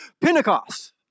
Pentecost